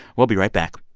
we'll be right back